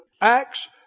Acts